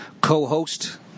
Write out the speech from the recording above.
co-host